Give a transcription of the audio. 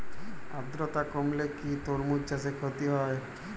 আদ্রর্তা কমলে কি তরমুজ চাষে ক্ষতি হয়?